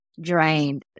drained